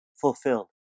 fulfilled